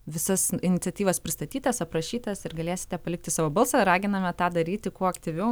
visas iniciatyvas pristatytas aprašytas ir galėsite palikti savo balsą raginame tą daryti kuo aktyviau